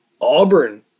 Auburn